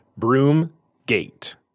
Broomgate